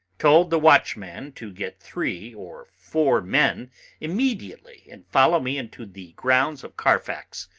told the watchman to get three or four men immediately and follow me into the grounds of carfax,